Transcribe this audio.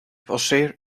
passeer